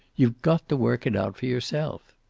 you've got to work it out for yourself.